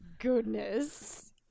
goodness